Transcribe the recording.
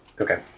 Okay